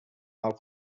mal